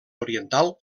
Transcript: oriental